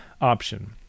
option